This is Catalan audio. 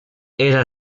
era